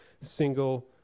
single